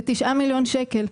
ב-9 מיליון שקל.